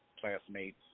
classmates